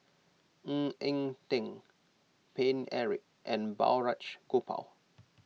Ng Eng Teng Paine Eric and Balraj Gopal